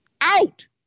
Out